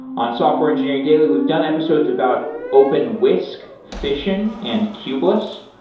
on software engineering daily, we've done episodes about openwhisk, fission, and kubeless.